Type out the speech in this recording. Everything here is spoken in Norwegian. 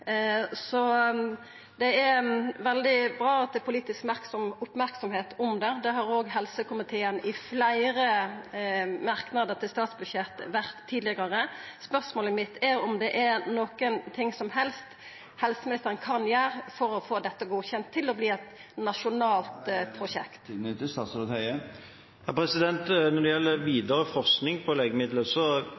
Så det er veldig bra at det er politisk merksemd om det. Det har òg helsekomiteen i fleire merknader til statsbudsjett vist tidlegare. Spørsmålet mitt er om det er noko som helst helseministeren kan gjera for å få dette godkjent til å verta eit nasjonalt prosjekt. Når det gjelder videre forskning på legemidler,